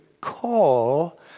call